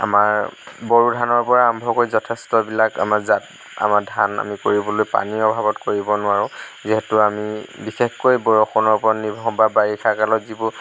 আমাৰ বড়ো ধানৰ পৰা আৰম্ভ কৰি যথেষ্টবিলাক আমাৰ জাত আমাৰ ধান আমি কৰিবলৈ পানীৰ অভাৱত কৰিব নোৱাৰোঁ যিহেতু আমি বিশেষকৈ বৰষুণৰ ওপৰত নিৰ্ভৰ বা বাৰিষাকালত যিবোৰ